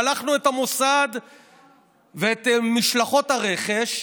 שלחנו את המוסד ואת משלחות הרכש.